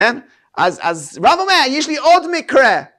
‫אין? אז רב אומר, יש לי עוד מקרה.